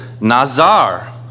nazar